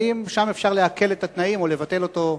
האם שם אפשר להקל את התנאים או לבטל אותו כליל?